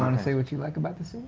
um say what you like about the city?